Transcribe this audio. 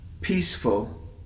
peaceful